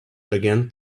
began